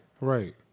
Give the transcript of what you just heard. right